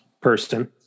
person